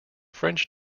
french